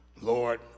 Lord